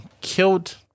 killed